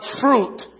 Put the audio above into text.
fruit